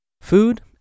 Food